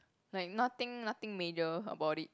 like nothing nothing major about it